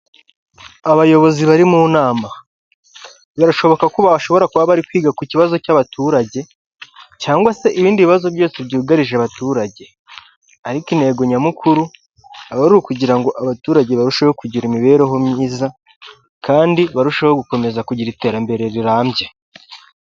Abayobozi bari mu nama birashoboka ko bashobora kuba bari kwiga ku kibazo cy'abaturage cyangwa se ibindi bibazo byose by'ugarije abaturage, ariko intego nyamukuru aba ari ukugira ngo abaturage barusheho kugira imibereho myiza kandi barusheho kugira iterambere rirambye.